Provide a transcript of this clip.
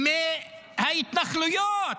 מההתנחלויות?